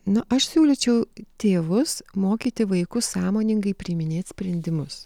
na aš siūlyčiau tėvus mokyti vaikus sąmoningai priiminėt sprendimus